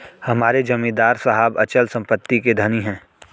हमारे जमींदार साहब अचल संपत्ति के धनी हैं